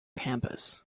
campus